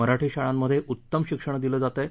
मराठी शाळांमध्ये उत्तम शिक्षण दिलं जात आहे